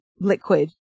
liquid